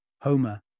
Homer